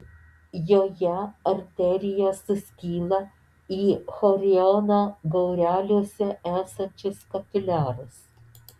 joje arterijos suskyla į choriono gaureliuose esančius kapiliarus